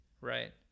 Right